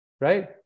right